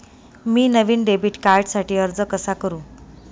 मी नवीन डेबिट कार्डसाठी अर्ज कसा करु?